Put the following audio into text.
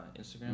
Instagram